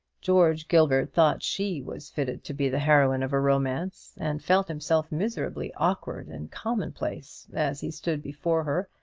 george gilbert thought she was fitted to be the heroine of a romance, and felt himself miserably awkward and commonplace as he stood before her,